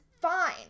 fine